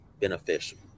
beneficial